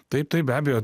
taip taip be abejo